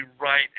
right